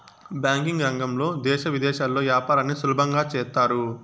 banking రంగంలో దేశ విదేశాల్లో యాపారాన్ని సులభంగా చేత్తారు